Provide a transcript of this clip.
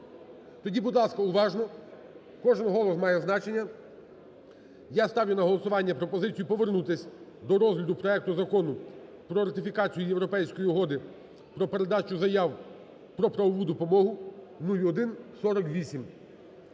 Тоді, будь ласка, уважно. Кожен голос має значення. Я ставлю на голосування пропозицію повернутися до розгляду проекту Закону про ратифікацію Європейської угоди про передачу заяв про правову допомогу (0148).